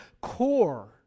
core